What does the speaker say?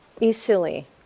easily